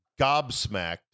gobsmacked